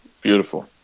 Beautiful